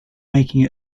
making